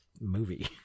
movie